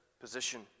position